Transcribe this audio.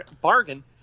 bargain